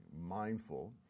mindful